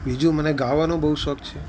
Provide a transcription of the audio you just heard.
બીજું મને ગાવાનો બહુ શોખ છે